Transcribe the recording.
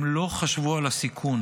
הם לא חשבו על הסיכון,